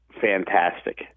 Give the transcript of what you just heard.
fantastic